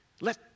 let